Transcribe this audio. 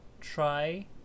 try